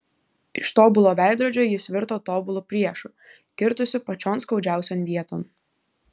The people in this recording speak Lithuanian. iš tobulo veidrodžio jis virto tobulu priešu kirtusiu pačion skaudžiausion vieton